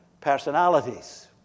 personalities